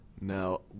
Now